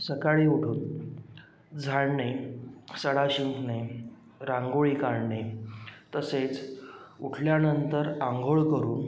सकाळी उठून झाडणे सडा शिंपणे रांगोळी काढणे तसेच उठल्यानंतर आंघोळ करून